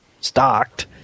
stocked